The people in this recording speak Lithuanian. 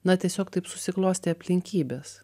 na tiesiog taip susiklostė aplinkybės